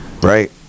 Right